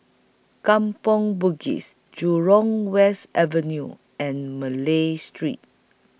Kampong Bugis Jurong West Avenue and Malay Street